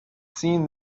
seen